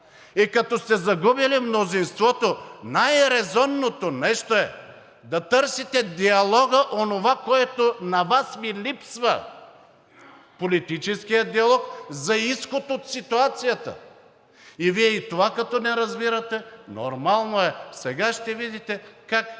и като сте загубили мнозинството, най-резонното нещо е да търсите диалога, онова, което на Вас Ви липсва – политическият диалог за изход от ситуацията. Вие и като това не разбирате, нормално е, сега ще видите как